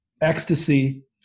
ecstasy